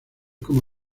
como